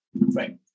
Right